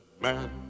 man